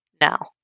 now